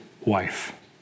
wife